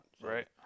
Right